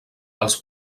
els